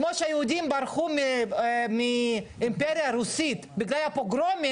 כמו שהיהודים ברחו מהאימפריה הרוסית בגלל הפוגרומים